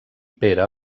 pere